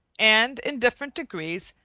and, in different degrees,